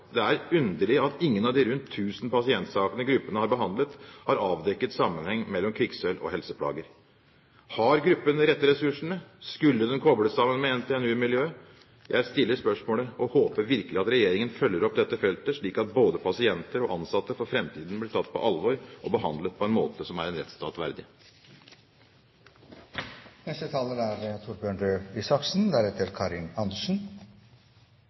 Det er underlig at ingen av de rundt 1 000 pasientsakene gruppen har behandlet, har avdekket en sammenheng mellom kvikksølv og helseplager. Har gruppen de rette ressursene – skulle den kobles sammen med NTNU-miljøet? Jeg stiller spørsmålet og håper virkelig at regjeringen følger opp dette feltet, slik at både pasienter og ansatte for framtiden blir tatt på alvor og behandlet på en måte som er en